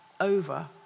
over